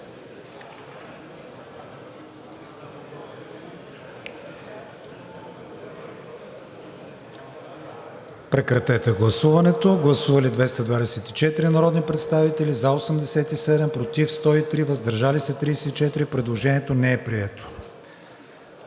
представители. Гласували 215 народни представители: за 85, против 100, въздържали се 30. Предложението не е прието.